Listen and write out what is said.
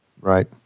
right